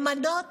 למנות